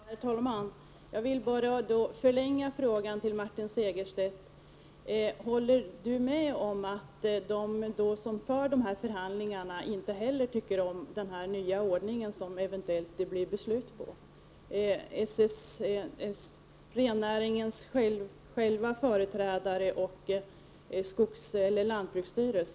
Herr talman! Jag vill då bara förlänga frågan: Håller Martin Segerstedt med om att de som för dessa förhandlingar, dvs. rennäringens företrädare och lantbruksstyrelsen, inte heller tycker om den nya ordning som eventuellt 73 kommer att beslutas?